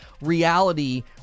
reality